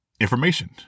information